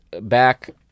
back